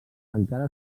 encara